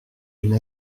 une